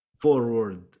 forward